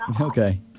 Okay